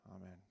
Amen